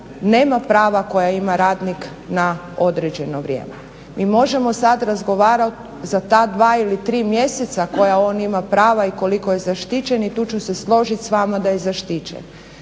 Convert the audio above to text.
nema prava koja ima radnik na određeno vrijeme. Mi možemo sada razgovarati za ta dva ili tri mjeseca koja on ima prava i koliko je zaštićen i tu ću se složiti s vama da je zaštićen.